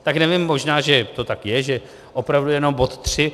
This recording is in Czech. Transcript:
Tak nevím, možná že to tak je, že opravdu jenom bod tři.